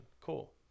Cool